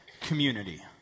community